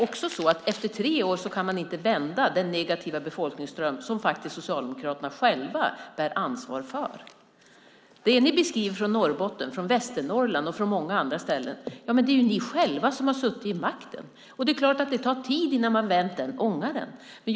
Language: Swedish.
På tre år kan man dock inte vända den negativa befolkningsström som Socialdemokraterna faktiskt bär ansvar för. I Norrbotten, Västernorrland och på många andra ställen har ni själva suttit vid makten. Det tar tid innan man har vänt den ångaren.